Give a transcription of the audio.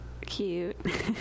cute